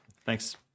Thanks